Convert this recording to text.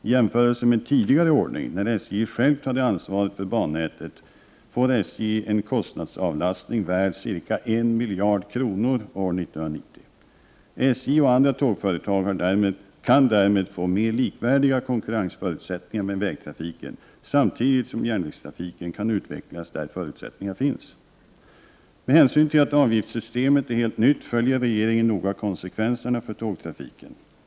I jämförelse med tidigare ordning, där SJ självt hade ansvaret för bannätet, får SJ en kostnadsavlastning värd ca 1 miljard kronor år 1990. SJ och andra tågföretag kan därmed få mer likvärdiga konkurrensförutsättningar i jämförelse med vägtrafiken, samtidigt som järnvägstrafiken kan utvecklas där förutsättningar finns. Med hänsyn till att avgiftssystemet är helt nytt följer regeringen noga konsekvenserna för tågtrafiken.